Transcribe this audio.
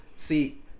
See